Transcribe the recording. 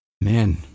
man